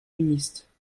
ministre